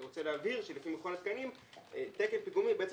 אני רוצה להבהיר שלפי מכון התקנים תקן פיגומים בעצם